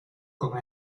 con